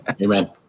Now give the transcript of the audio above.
amen